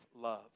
love